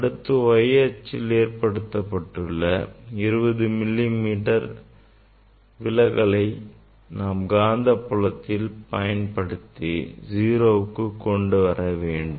அடுத்து y அச்சில் ஏற்பட்டுள்ள 20 மில்லி மீட்டர் விலகலை நாம் காந்தப்புலத்தை பயன்படுத்தி 0க்கு கொண்டு வர வேண்டும்